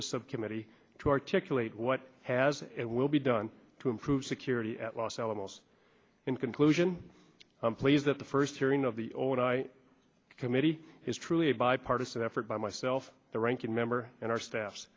articulate what has it will be done to improve security at los alamos in conclusion i'm pleased that the first hearing of the old i committee is truly a bipartisan effort by myself the ranking member and our staff